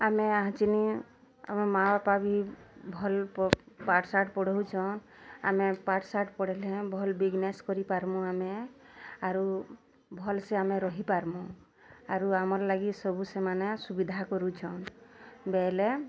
ଆମେ ୟାହାଚିନି ଆମ ମାଆ ବାପା ବି ଭଲ୍ ପାଠ୍ ଶାଠ୍ ପଢ଼ଉଛନ୍ ଆମେ ପାଠ୍ ଶାଠ୍ ପଢ଼ିଲେ ଭଲ୍ ବିଜନେସ୍ କରିପାରମୁଁ ଆମେ ଆରୁ ଭଲସେ ଆମେ ରହିପାରମୁଁ ଆରୁ ଆମର୍ ଲାଗି ସବୁ ସେମାନେ ସୁବିଧା କରୁଛନ୍ ବେଇଲେ